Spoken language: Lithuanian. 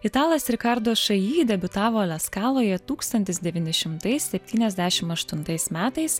italas rikardo šaji debiutavo leskaloje tūkstantis devyni šimtai septyniasdešimt aštuntais metais